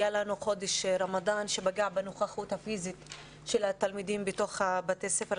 היה לנו חודש רמדאן שפגע בנוכחות הפיזית של התלמידים בבתי הספר.